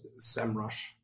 SEMrush